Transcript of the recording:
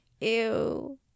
Ew